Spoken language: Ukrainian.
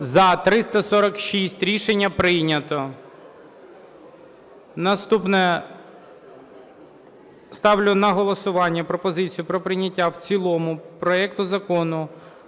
За-346 Рішення прийнято. Наступне. Ставлю на голосування пропозицію про прийняття в цілому проекту Закону